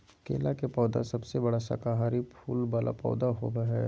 केला के पौधा सबसे बड़ा शाकाहारी फूल वाला पौधा होबा हइ